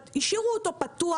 השאירו אותו פתוח,